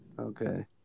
Okay